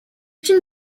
чинь